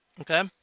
Okay